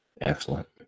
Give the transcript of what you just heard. Excellent